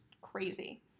crazy